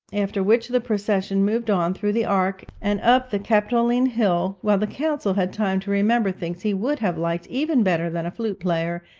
after which the procession moved on through the arch and up the capitoline hill, while the consul had time to remember things he would have liked even better than a flute-player,